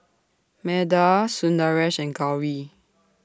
Medha Sundaresh and Gauri